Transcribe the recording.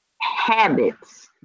habits